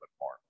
more